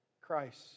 Christ